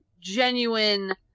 genuine